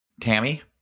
Tammy